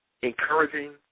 encouraging